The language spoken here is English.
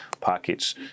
pockets